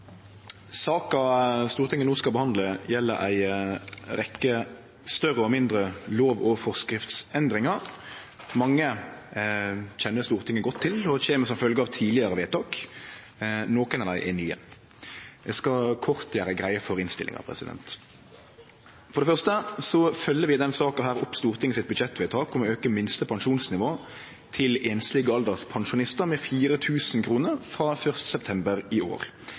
av tidlegare vedtak, nokre av dei er nye. Eg skal kort gjere greie for innstillinga. For det første følgjer vi i denne saka opp Stortingets budsjettvedtak om å auke minste pensjonsnivå til einslege alderspensjonistar med 4 000 kr frå 1. september i år.